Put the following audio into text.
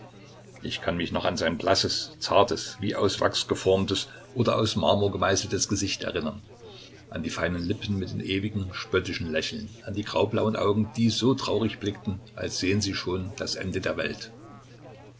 ich kann mich noch an sein blasses zartes wie aus wachs geformtes oder aus marmor gemeißeltes gesicht erinnern an die feinen lippen mit dem ewigen spöttischen lächeln an die graublauen augen die so traurig blickten als sähen sie schon das ende der welt